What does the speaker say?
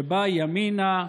שבה ימינה,